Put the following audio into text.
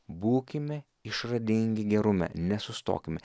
būkime išradingi gerume nesustokime